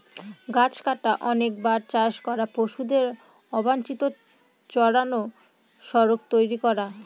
গাছ কাটা, অনেকবার চাষ করা, পশুদের অবাঞ্চিত চড়ানো, সড়ক তৈরী করা